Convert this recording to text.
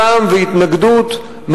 זעם והתנגדות,